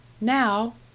Now